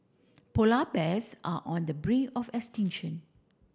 polar bears are on the brink of extinction